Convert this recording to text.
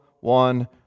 one